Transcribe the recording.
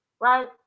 right